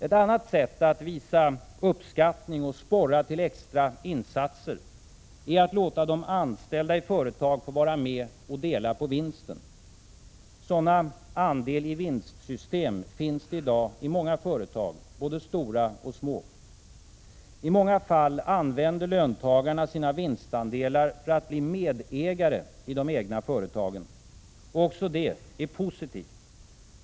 Ett annat sätt att visa uppskattning och sporra till extra insatser är att låta de anställda i företag få vara med och dela på vinsten. Sådana andel-i-vinst system finns i dag i många företag, både stora och små. I många fall använder löntagarna sina vinstandelar för att bli medägare i de företag där de arbetar. Också det är positivt.